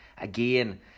again